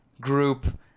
group